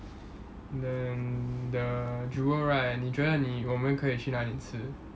than the jewel right 你觉得你我们可以去哪里吃